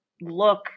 look